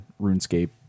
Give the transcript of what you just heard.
RuneScape